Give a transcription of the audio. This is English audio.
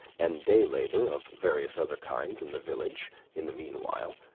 and day-labor of various other kinds in the village in the meanwhile,